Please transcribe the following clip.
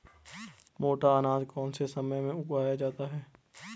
मोटा अनाज कौन से समय में उगाया जाता है?